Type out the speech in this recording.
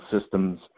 systems